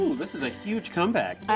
this is a huge comeback.